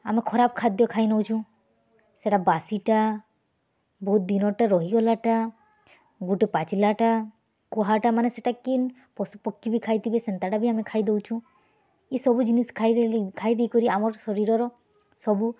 ଆମେ ଖରାପ୍ ଖାଦ୍ୟ ଖାଇ ନଉଚୁଁ ସେଟା ବାସୀଟା ବହୁତ୍ ଦିନର୍ଟା ରହିଗଲାଟା ଗୋଟେ ପାଚିଲାଟା କୁହାଟା ମାନେ ସେଟା କେନ୍ ପଶୁପକ୍ଷୀ ବି ଖାଇଥିବେ ସେନ୍ତାଟା ବି ଆମେ ଖାଇଦଉଚୁଁ ଇ ସବୁ ଜିନିଷ୍ ଖାଇ ଦେଇକରି ଆମର୍ ଶରୀରର ସବୁ